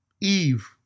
Eve